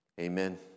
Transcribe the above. Amen